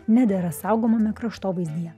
nedera saugomame kraštovaizdyje